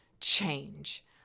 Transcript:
change